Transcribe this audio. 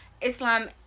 Islam